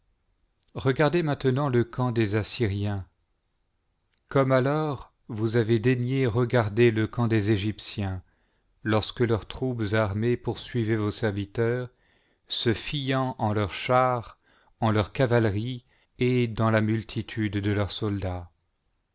regardez maintenant le camp des assj'riens comme alors vous avez daigné regarder lô camp des egyptiens lorsque leurs troupes armées poursuivaient vos serviteurs se fiant en leurs chars en leur cavalerie et dans la multitude de leurs soldats